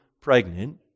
pregnant